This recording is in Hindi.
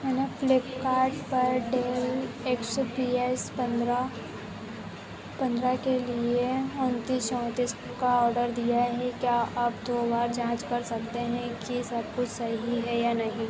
मैंने फ़्लिपकार्ट पर डेल एक्स पी एस पन्द्रह पन्द्रह के लिए उनतीस चौंतीस का ऑडर दिया है क्या आप दो बार जाँच कर सकते हैं कि सब कुछ सही है या नहीं